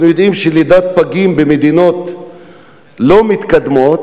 אנחנו יודעים שלידת פגים במדינות לא מתקדמות